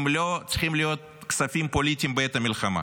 הם לא צריכים להיות כספים פוליטיים בעת המלחמה.